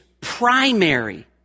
primary